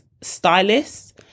stylists